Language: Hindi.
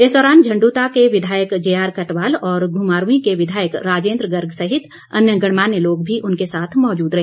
इस दौरान झंडूता के विधायक जे आर कटवाल और घुमारवीं के विधायक राजेन्द्र गर्ग सहित अन्य गणमान्य लोग भी उनके साथ मौजूद रहे